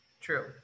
True